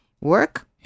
Work